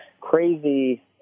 crazy